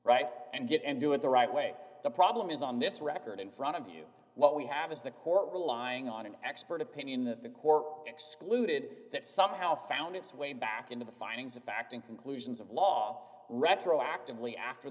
right and get and do it the right way the problem is on this record in front of you what we have is the court relying on an expert opinion that the court excluded that somehow found its way back into the findings of fact and conclusions of law retroactively after